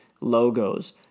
logos